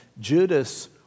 Judas